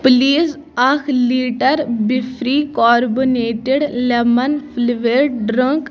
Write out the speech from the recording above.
please اَکھ litre be free carbonated lemon flavoured drink